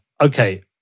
Okay